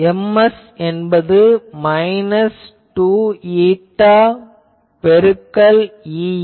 Ms என்பது 2η பெருக்கல் Ea